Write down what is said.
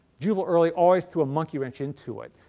jubal early always threw a monkey wrench into it.